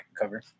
cover